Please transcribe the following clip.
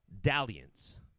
dalliance